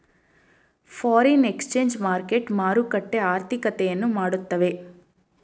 foreign exchange market ಮಾರುಕಟ್ಟೆ ಆರ್ಥಿಕತೆಯನ್ನು ಮಾಡುತ್ತವೆ